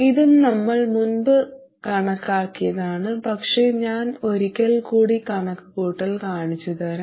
ഇതും നമ്മൾ മുമ്പ് കണക്കാക്കിയതാണ് പക്ഷേ ഞാൻ ഒരിക്കൽ കൂടി കണക്കുകൂട്ടൽ കാണിച്ചുതരാം